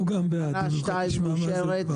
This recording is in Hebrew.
תקנה 2 מאושרת.